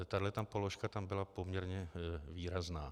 Tahle položka tam byla poměrně výrazná.